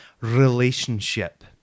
relationship